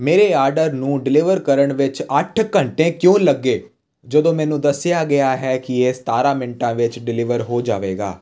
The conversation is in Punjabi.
ਮੇਰੇ ਆਰਡਰ ਨੂੰ ਡਿਲੀਵਰ ਕਰਨ ਵਿੱਚ ਅੱਠ ਘੰਟੇ ਕਿਉਂ ਲੱਗੇ ਜਦੋਂ ਮੈਨੂੰ ਦੱਸਿਆ ਗਿਆ ਹੈ ਕਿ ਇਹ ਸਤਾਰਾਂ ਮਿੰਟਾਂ ਵਿੱਚ ਡਿਲੀਵਰ ਹੋ ਜਾਵੇਗਾ